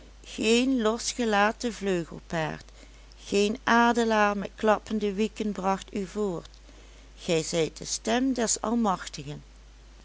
geen losgelaten vleugelpaard geen adelaar met klappende wieken bracht u voort gij zijt de stem des almachtigen